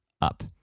up